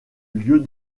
lieu